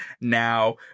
now